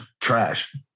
trash